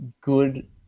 good